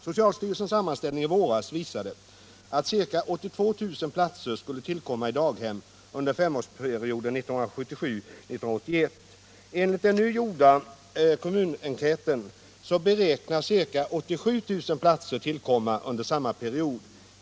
Socialstyrelsens sammanställning i våras visade att ca 82 000 platser skulle tillkomma i daghem under femårsperioden 1977-1981. Enligt den nu gjorda kommunenkäten beräknas ca 87 000 platser tillkomma under samma period.